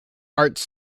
arts